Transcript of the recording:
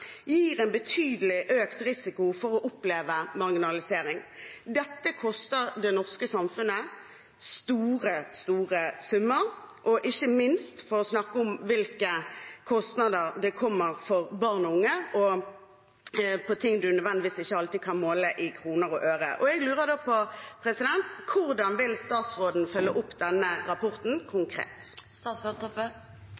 gir en betydelig økt risiko for å oppleve marginalisering. Dette koster det norske samfunnet store summer, for ikke å snakke om de kostnadene det blir for barn og unge, og det man ikke alltid kan måle i form av kroner og øre. Jeg lurer da på: Hvordan vil statsråden følge opp denne rapporten,